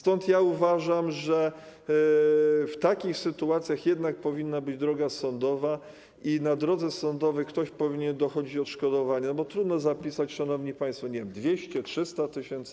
Stąd uważam, że w takich sytuacjach jednak powinna być droga sądowa i na drodze sądowej ktoś powinien dochodzić odszkodowania, bo trudno zapisać, szanowni państwo, nie wiem, 200, 300 tys.